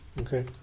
Okay